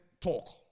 talk